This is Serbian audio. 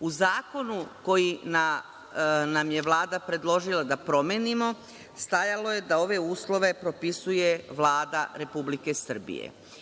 U zakonu koji nam je Vlada predložila da promenimo stajalo je da ove uslove propisuje Vlada Republike Srbije. Mi